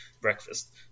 breakfast